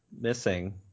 missing